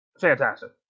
Fantastic